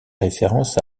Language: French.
référence